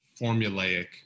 formulaic